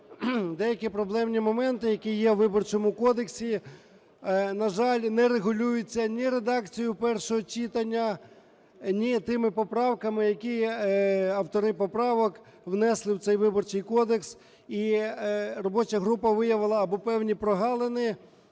деякі проблемні моменти, які є у Виборчому кодексі, на жаль, не регулюються ні редакцією першого читання, ні тими поправками, які автори поправок внесли в цей Виборчий кодекс. І робоча група виявила або певні прогалини